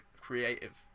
creative